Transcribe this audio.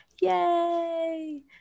Yay